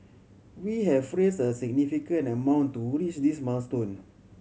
we have raised a significant amount to this milestone